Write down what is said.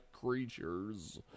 creatures